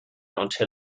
until